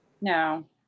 No